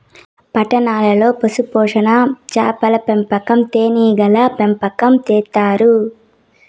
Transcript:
పట్టణాల్లో పశుపోషణ, చాపల పెంపకం, తేనీగల పెంపకం చేత్తారు